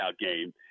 game